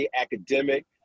academic